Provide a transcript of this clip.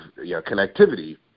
connectivity